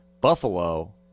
Buffalo